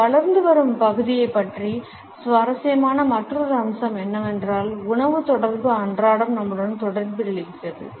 இந்த வளர்ந்து வரும் பகுதியைப் பற்றி சுவாரஸ்யமான மற்றொரு அம்சம் என்னவென்றால் உணவு தொடர்பு அன்றாடம் நம்முடன் தொடர்பில் இருக்கிறது